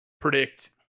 predict